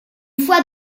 fois